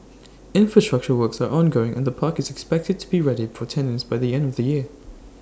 infrastructure works are ongoing and the park is expected to be ready for tenants by the end of the year